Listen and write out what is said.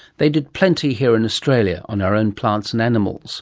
they did plenty here in australia on our own plants and animals